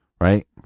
right